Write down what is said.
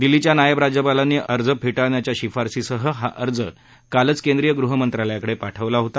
दिल्लीच्या नायब राज्यपालांनी अर्ज फे ाळण्याच्या शिफारशीसह हा अर्ज कालच केंद्रीय ग़हमंत्रालयाकडे पाठवला होता